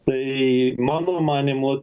tai mano manymu